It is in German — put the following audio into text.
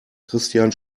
christian